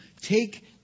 take